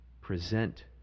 present